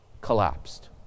collapsed